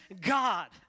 God